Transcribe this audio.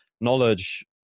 knowledge